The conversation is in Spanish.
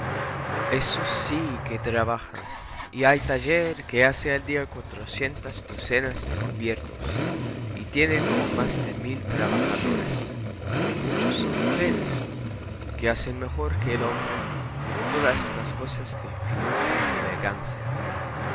esos sí que trabajan y hay taller que hace al día cuatrocientas docenas de cubiertos y tiene como más de mil trabajadores y muchos son mujeres que hacen mejor que el hombre todas las cosa de finura y elegancia